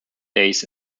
days